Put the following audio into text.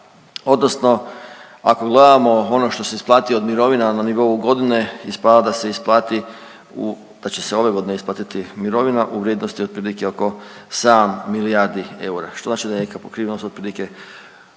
odnosno ako gledamo ono što se isplati od mirovina na nivou godine, ispada da se isplati u, da će se ove godine isplatiti mirovina u vrijednosti otprilike oko 7 milijardi eura, što znači da je neka pokrivenost otprilike